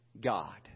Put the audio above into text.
God